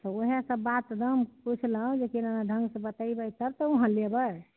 ओहए सब बात दाम पुछलहुँ जे केना ढङ्गसँ बतैबै तब तऽ वहाँ लैबै